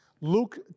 Luke